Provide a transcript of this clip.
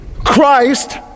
Christ